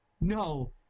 no